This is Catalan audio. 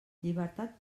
llibertat